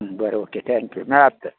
बरें okay thank you मेळात तर